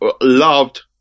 loved